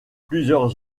plusieurs